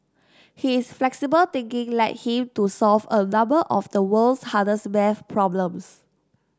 his flexible thinking led him to solve a number of the world's hardest math problems